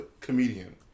comedian